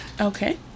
Okay